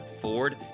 Ford